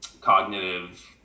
cognitive